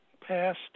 passed